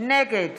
נגד